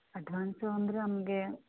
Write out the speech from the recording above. advance ಅಂದ್ರ ನಮಗೆ